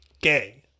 gay